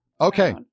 Okay